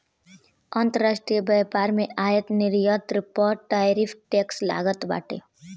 अंतरराष्ट्रीय व्यापार में आयात निर्यात पअ टैरिफ टैक्स लागत बाटे